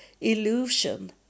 illusion